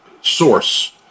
source